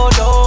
no